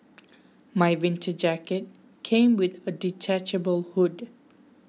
my winter jacket came with a detachable hood